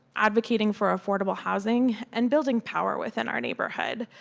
advocating for affordable housing and building power within our neighborhood.